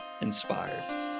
inspired